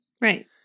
Right